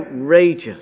outrageous